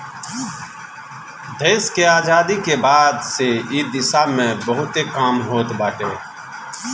देस के आजादी के बाद से इ दिशा में बहुते काम होत बाटे